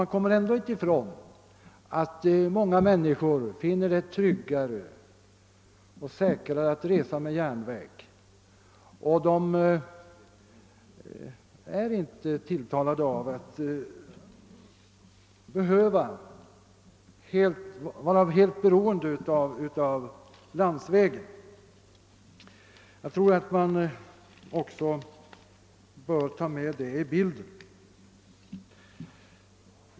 Man kommer ändå inte ifrån det fak tum att många människor finner det vara tryggare och säkrare att resa med järnväg och inte är tilltalade av att behöva vara helt beroende av landsvägen. Detta bör också tas med i bilden.